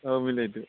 औ मिलायदो मिलायदो